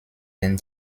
den